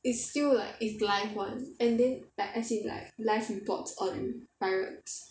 is still like is live [one] and then like as in like live report on pirates